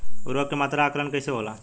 उर्वरक के मात्रा में आकलन कईसे होला?